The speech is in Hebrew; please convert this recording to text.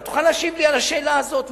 אתה תוכל להשיב לי על השאלה הזאת,